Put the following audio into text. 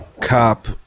cop